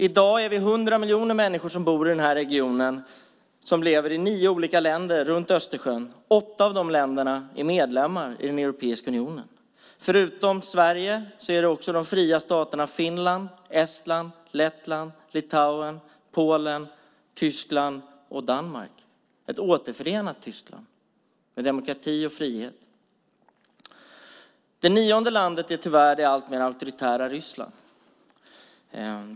I dag är vi 100 miljoner människor som bor i den här regionen, och vi lever i nio olika länder runt Östersjön. Åtta av de länderna är medlemmar i den europeiska unionen. Förutom Sverige är det också de fria staterna Finland, Estland, Lettland, Litauen, Polen, Danmark och Tyskland - ett återförenat Tyskland med demokrati och frihet. Det nionde landet är tyvärr det alltmer auktoritära Ryssland.